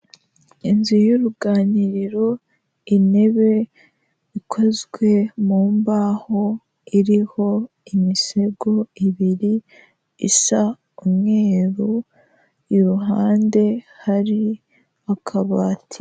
Inzu y'uruganiriro intebe ikozwe mu mbaho iriho imisego ibiri isa umweru iruhande hari akabati.